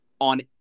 on